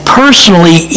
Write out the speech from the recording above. personally